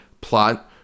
plot